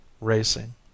racing